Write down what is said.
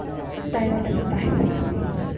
ᱛᱟᱭᱱᱚᱢ ᱨᱮᱠᱚ ᱛᱟᱦᱮᱱᱟ